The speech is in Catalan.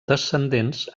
descendents